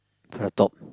to the top